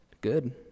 Good